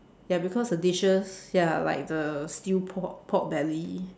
ya because the dishes ya like the stew pork pork belly